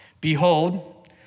Behold